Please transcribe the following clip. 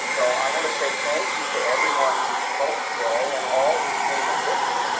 so i want to say thank you to everyone who spoke today and all came and listened.